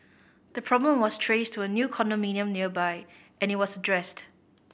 the problem was traced to a new condominium nearby and it was addressed